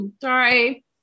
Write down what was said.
Sorry